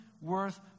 worth